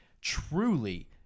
truly—